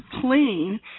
clean